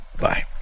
Bye